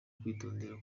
kwitondera